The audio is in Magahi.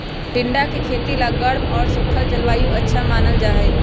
टिंडा के खेती ला गर्म और सूखल जलवायु अच्छा मानल जाहई